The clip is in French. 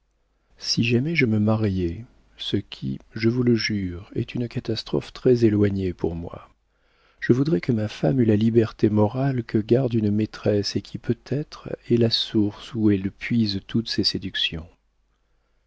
si jamais je me mariais ce qui je vous le jure est une catastrophe très éloignée pour moi je voudrais que ma femme eût la liberté morale que garde une maîtresse et qui peut-être est la source où elle puise toutes ses séductions